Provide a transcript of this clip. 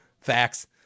facts